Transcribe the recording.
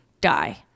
die